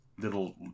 little